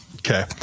Okay